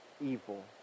evil